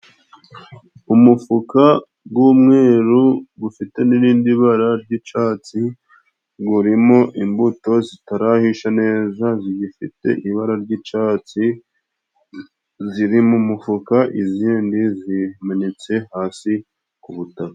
Umufuka g'umweru gufite n'irindi bara ry'icatsi gurimo imbuto zitarahisha neza zigifite ibara ry'icatsi ziri mu mufuka izindi zimenetse hasi ku butaka.